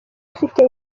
bafite